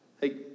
Hey